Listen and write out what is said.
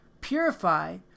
purify